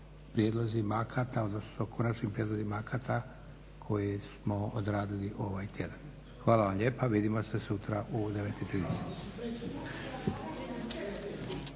Hvala vam lijepa! Vidimo se sutra u 9,30